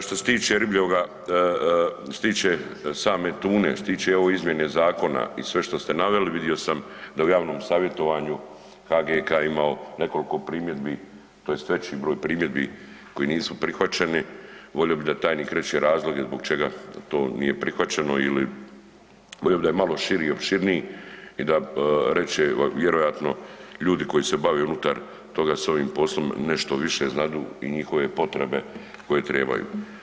Što se tiče ribljega, što se tiče same tune, što se tiče evo izmjene zakona i sve što ste naveli vidio sam da je u javnom savjetovanju HGK imamo nekoliko primjedbi tj. veći broj primjedbi koji nisu prihvaćeni, volio bih da tajnik reče razloge zbog čega to nije prihvaćeno ili volio bih da je malo širi i opširniji i da reče vjerojatno ljudi koji se bave unutar toga s ovim poslom nešto više znadu i njihove potrebe koje trebaju.